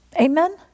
Amen